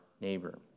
neighbor